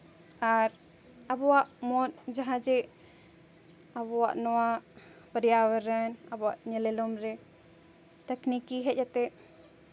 ᱟᱨ ᱟᱵᱚᱣᱟᱜ ᱢᱚᱱ ᱡᱟᱦᱟᱸ ᱡᱮ ᱟᱵᱚᱣᱟᱜ ᱱᱚᱣᱟ ᱯᱚᱨᱭᱟᱵᱚᱨᱚᱱ ᱟᱵᱚᱣᱟᱜ ᱧᱮᱞᱮᱞᱚᱢ ᱨᱮ ᱛᱟᱠᱱᱤᱠᱤ ᱦᱮᱡ ᱠᱟᱛᱮᱫ